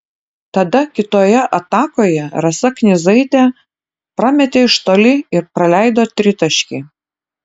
tada kitoje atakoje rasa knyzaitė prametė iš toli ir praleido tritaškį